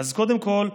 אז קודם כול,